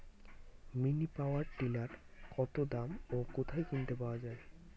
Mini power tiller কত দাম ও কোথায় কিনতে পাওয়া যায়?